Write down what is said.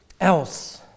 else